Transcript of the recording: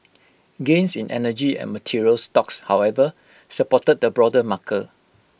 gains in energy and materials stocks however supported the broader marker